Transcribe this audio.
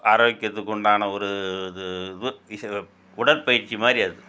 ஆரோக்கியத்துக்குண்டான ஒரு இது இது இசை தப் உடற்பயிற்சி மாதிரி அது